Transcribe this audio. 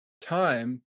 time